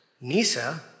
Nisa